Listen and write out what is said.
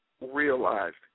realized